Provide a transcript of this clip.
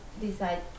decide